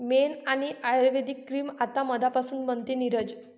मेण आणि आयुर्वेदिक क्रीम आता मधापासून बनते, नीरज